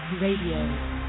Radio